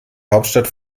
hauptstadt